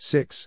Six